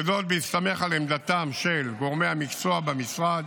וזאת בהסתמך על עמדתם של גורמי המקצוע במשרד